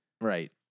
Right